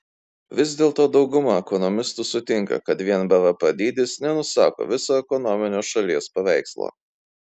vis dėlto dauguma ekonomistų sutinka kad vien bvp dydis nenusako viso ekonominio šalies paveikslo